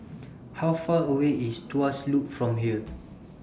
How Far away IS Tuas Loop from here